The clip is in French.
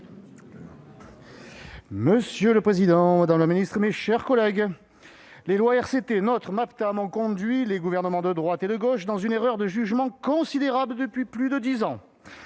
Monsieur le président, madame la ministre, mes chers collègues, les lois RCT, NOTRe et Maptam ont conduit les gouvernements de droite et de gauche à une erreur de jugement considérable depuis plus de dix ans.